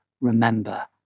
Remember